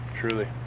Truly